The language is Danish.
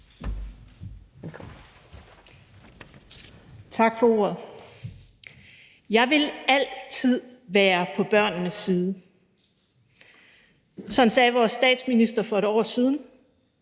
Tak for ordet. Jeg vil altid være på børnenes side. Sådan sagde vores statsminister for et år siden.